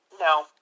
No